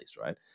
right